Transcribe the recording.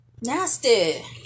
Nasty